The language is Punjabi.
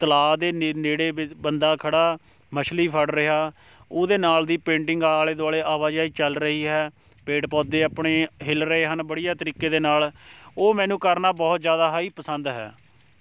ਤਲਾਅ ਦੇ ਨੇ ਨੇੜੇ ਬ ਬੰਦਾ ਖੜ੍ਹਾ ਮਛਲੀ ਫੜ ਰਿਹਾ ਉਹਦੇ ਨਾਲ਼ ਦੀ ਪੇਂਟਿੰਗ ਆਲ਼ੇ ਦੁਆਲ਼ੇ ਆਵਾਜਾਈ ਚੱਲ ਰਹੀ ਹੈ ਪੇੜ ਪੌਦੇ ਆਪਣੇ ਹਿਲ ਰਹੇ ਹਨ ਬੜੀਆ ਤਰੀਕੇ ਦੇ ਨਾਲ਼ ਉਹ ਮੈਨੂੰ ਕਰਨਾ ਬਹੁਤ ਜ਼ਿਆਦਾ ਹੀ ਪਸੰਦ ਹੈ